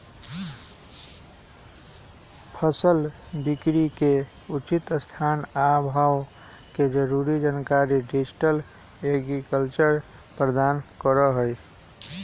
फसल बिकरी के उचित स्थान आ भाव के जरूरी जानकारी डिजिटल एग्रीकल्चर प्रदान करहइ